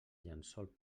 llençol